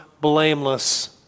blameless